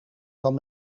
van